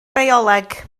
bioleg